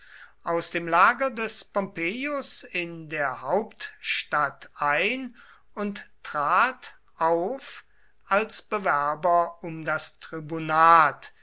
aus dem lager des pompeius in der hauptstadt ein und trat auf als bewerber um das tribunat